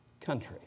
country